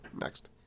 Next